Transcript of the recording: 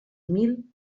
mil